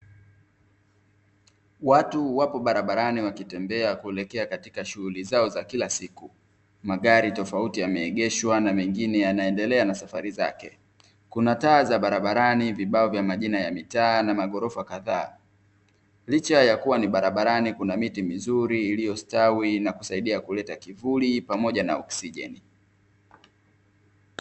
Watu wapo barabarani wakitembea kuelekea katika shughuli zao za kila siku. Magari tofauti yameegeshwa na mengine yanaendelea na safari zake. Kuna taa za barabarani, vibao vya majina ya mitaa na maghorofa kadhaa. Licha ya kuwa ni barabarani, kuna miti mizuri iliyositawi na kusaidia kuleta kivuli pamoja na oksijeni.